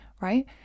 right